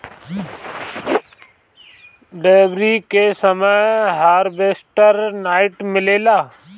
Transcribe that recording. दँवरी के समय हार्वेस्टर नाइ मिलेला